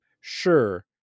sure